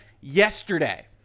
yesterday